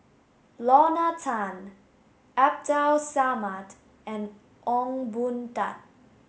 Lorna Tan Abdul Samad and Ong Boon Tat